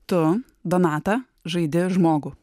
tu donata žaidi žmogų